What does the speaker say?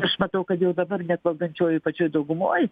aš matau kad jau dabar net valdančiojoj pačioj daugumoj